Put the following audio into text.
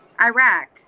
iraq